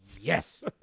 Yes